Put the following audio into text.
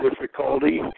difficulty